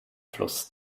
fluss